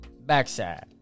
backside